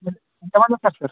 ఎంత మంది వస్తారు సార్